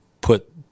put